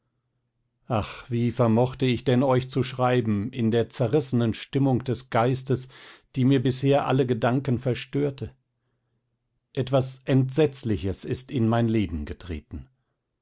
ach wie vermochte ich denn euch zu schreiben in der zerrissenen stimmung des geistes die mir bisher alle gedanken verstörte etwas entsetzliches ist in mein leben getreten